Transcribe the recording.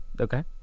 Okay